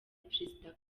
perezida